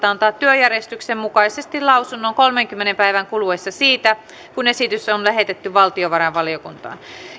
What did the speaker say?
antaa työjärjestyksen mukaisesti lausunnon kolmenkymmenen päivän kuluessa siitä kun esitys on lähetetty valtiovarainvaliokuntaan